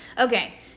Okay